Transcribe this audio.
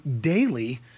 daily